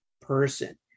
person